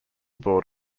board